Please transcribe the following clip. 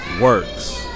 works